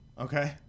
Okay